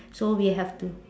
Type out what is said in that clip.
so we have to